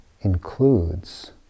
includes